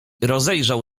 rozejrzał